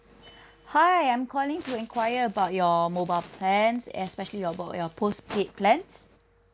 hi I'm calling to enquire about your mobile plans especially your your post paid plans